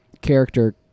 character